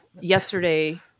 yesterday